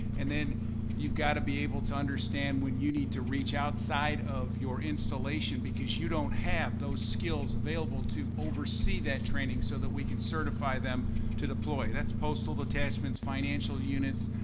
and then you've got to be able to understand when you need to reach outside of your installation, because you don't have those skills available to oversee that training, so that we can certify them to deploy. that's postal detachments, financial units,